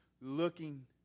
looking